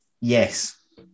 Yes